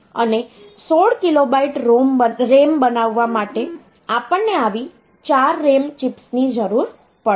અને 16KB RAM બનાવવા માટે આપણને આવી 4 RAM ચિપ્સની જરૂર પડશે